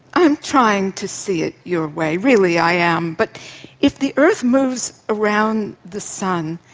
i am trying to see it your way, really i am, but if the earth moves around the sun,